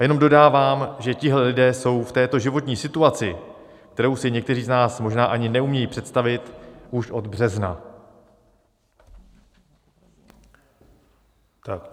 A jenom dodávám, že tihle lidé jsou v této životní situaci, kterou si někteří z nás možná ani neumějí představit, už od března.